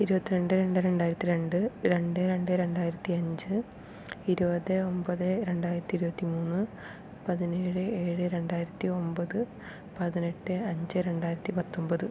ഇരുപത്തി രണ്ട് രണ്ട് രണ്ടായിരത്തി രണ്ട് രണ്ട് രണ്ട് രണ്ടായിരത്തി അഞ്ച് ഇരുപത് ഒമ്പത് രണ്ടായിരത്തി ഇരുപത്തി മൂന്ന് പതിനേഴ് ഏഴ് രണ്ടായിരത്തി ഒമ്പത് പതിനെട്ട് അഞ്ച് രണ്ടായിരത്തി പത്തൊമ്പത്